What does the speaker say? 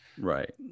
Right